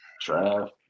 draft